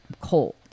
cold